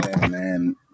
man